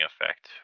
effect